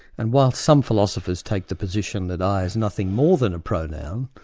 and while some philosophers take the position that i is nothing more than a pronoun,